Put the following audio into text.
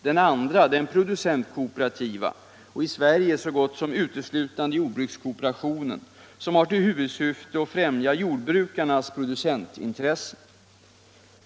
Den andra är den producentkooperativa — i Sverige så gott som uteslutande jordbrukskooperationen — som har till huvudsyfte att främja jordbrukarnas producentintressen.